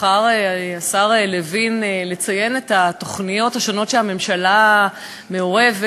בחר השר לוין לציין את התוכניות השונות שהממשלה מעורבת